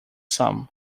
some